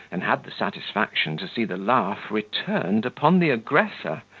and had the satisfaction to see the laugh returned upon the aggressor,